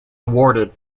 awarded